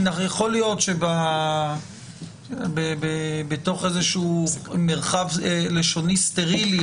יכול להיות שבתוך איזשהו מרחב לשוני סטרילי,